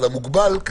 אבל המוגבל,